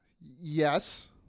Yes